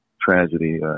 tragedy